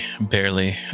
barely